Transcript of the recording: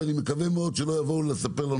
ואני מקווה מאוד שלא יבואו לספר לנו